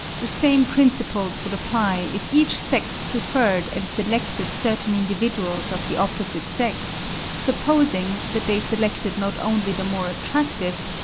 the same principles would apply if each sex preferred and selected certain individuals of the opposite sex supposing that they selected not only the more attractive,